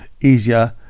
easier